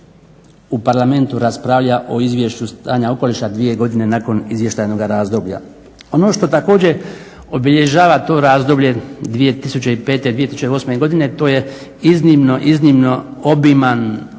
u Parlamentu raspravlja o Izvješću stanja okoliša 2 godine nakon izvještajnoga razdoblja. Ono što također obilježava to razdoblje 2005./2008. godine to je iznimno, iznimno obiman